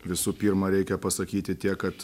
visų pirma reikia pasakyti tiek kad